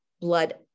blood